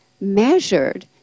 measured